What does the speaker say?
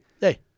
hey